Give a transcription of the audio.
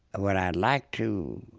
would i like to